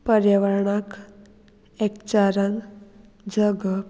पर्यावरणाक एकचारान जगप